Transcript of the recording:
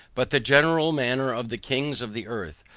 but the general manner of the kings of the earth,